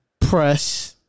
press